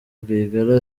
rwigara